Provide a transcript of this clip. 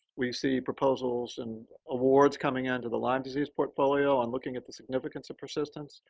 we see proposals and awards coming on to the lyme disease portfolio on looking at the significance of persistence.